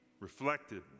reflected